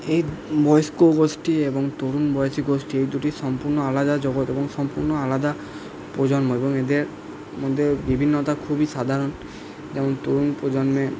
এই বয়স্ক গোষ্ঠী এবং তরুণ বয়সী গোষ্ঠী এই দুটি সম্পূর্ণ আলাদা জগৎ এবং সম্পূর্ণ আলাদা প্রজন্ম এবং এদের মধ্যে বিভিন্নতা খুবই সাধারণ যেমন তরুণ প্রজন্মে